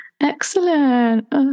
excellent